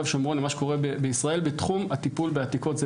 ושומרון למה שקורה בישראל בתחום הטיפול בעתיקות.